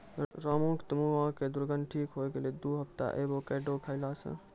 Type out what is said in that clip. रामू के तॅ मुहों के दुर्गंध ठीक होय गेलै दू हफ्ता एवोकाडो खैला स